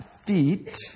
feet